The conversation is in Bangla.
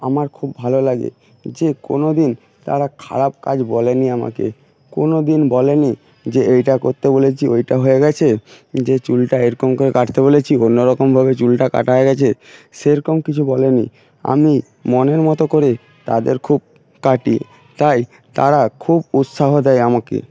আমার খুব ভালো লাগে যে কোনো দিন তারা খারাপ কাজ বলেনি আমাকে কোনো দিন বলেনি যে এটা করতে বলেছি ওইটা হয়ে গেছে যে চুলটা এরকম করে কাটতে বলেছি অন্যরকমভাবে চুলটা কাটা হয়ে গেছে সেরকম কিছু বলেনি আমি মনের মতো করে তাদের খুব কাটি তাই তারা খুব উৎসাহ দেয় আমাকে